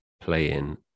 playing